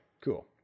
cool